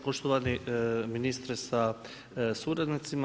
Poštovani ministre sa suradnicima.